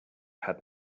had